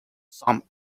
some